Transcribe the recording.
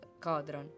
Codron